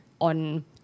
on